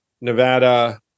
Nevada